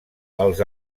els